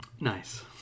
nice